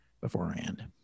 beforehand